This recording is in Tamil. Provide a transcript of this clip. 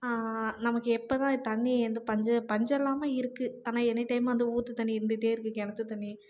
நமக்கு எப்போதான் தண்ணி வந்து பஞ்ச பஞ்சமில்லாம இருக்குது ஆனால் எனி டைம் வந்து ஊற்று தண்ணி இருந்துகிட்டேருக்கு கிணத்து தண்ணி